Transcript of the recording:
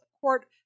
court